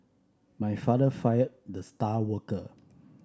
my father fired the star worker